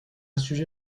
sujet